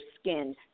skin